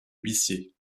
huissiers